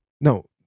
No